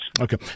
Okay